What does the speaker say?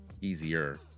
easier